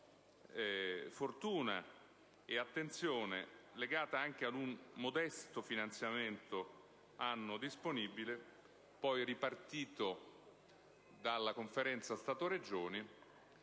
fortuna e attenzione, legata anche ad un modesto finanziamento annuo disponibile, poi ripartito dalla Conferenza Stato-Regioni